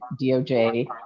DOJ